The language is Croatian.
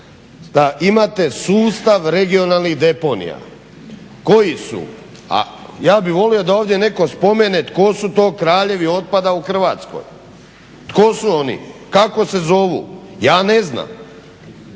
da imate sustav regionalnih deponija koji su, a ja bih volio da netko spomene tko su to kraljevi otpada u Hrvatskoj, tko su oni, kako se zovu? Ja ne znam.